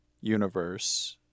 universe